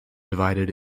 divided